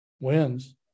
wins